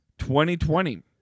2020